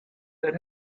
that